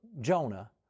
Jonah